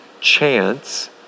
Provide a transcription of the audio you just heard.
chance